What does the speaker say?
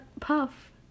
Puff